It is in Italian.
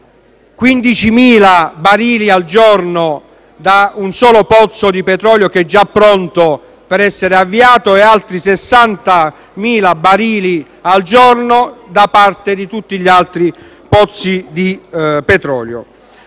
15.000 barili al giorno da un solo pozzo di petrolio che è già pronto per essere avviato e altri 60.000 barili al giorno da parte di tutti gli altri pozzi di petrolio.